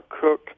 cook